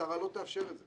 השרה לא תאפשר את זה.